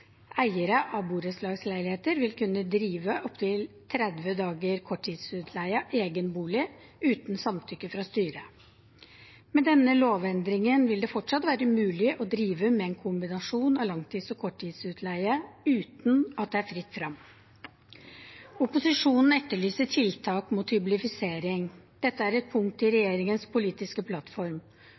Eiere av borettslagsleiligheter vil kunne drive opptil 30 dager korttidsutleie av egen bolig uten samtykke fra styret. Med denne lovendringen vil det fortsatt være mulig å drive med en kombinasjon av langtids- og korttidsutleie, uten at det er fritt frem. Opposisjonen etterlyser tiltak mot hyblifisering. Dette er et punkt i regjeringens politiske plattform.